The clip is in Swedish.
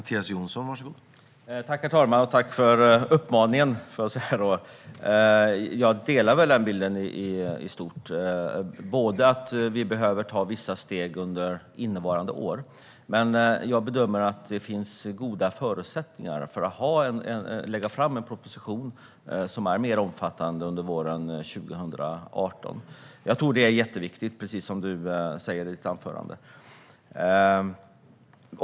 Herr talman! Tack, Håkan Svenneling, för uppmaningen! Jag delar i stort denna bild. Vi behöver ta vissa steg under innevarande år, men jag bedömer att det finns förutsättningar att lägga fram en proposition som är mer omfattande under våren 2018. Jag tror att det är jätteviktigt, precis som du säger i ditt anförande.